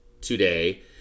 today